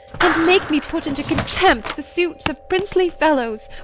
and make me put into contempt the suits of princely fellows,